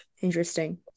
Interesting